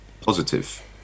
positive